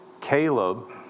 Caleb